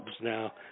Now